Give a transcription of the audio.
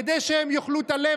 כדי שהם יאכלו את הלב,